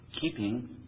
keeping